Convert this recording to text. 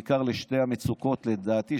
בעיקר לשתי המצוקות שלדעתי,